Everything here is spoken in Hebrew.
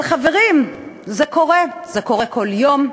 אבל, חברים, זה קורה, זה קורה כל יום,